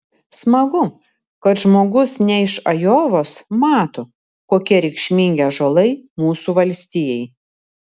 smagu kad žmogus ne iš ajovos mato kokie reikšmingi ąžuolai mūsų valstijai